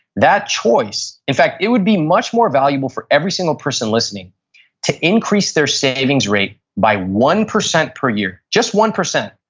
that choice, in fact, it would be much more valuable for every single person listening to increase their savings rate by one percent per year, just one percent,